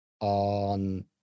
on